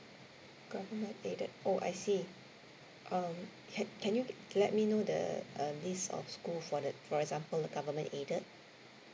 government aided oh I see um can can you let me know the a list of school for the for example the government aided